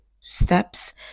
steps